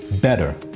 better